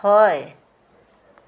হয়